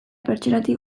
pertsonatik